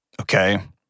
okay